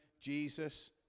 Jesus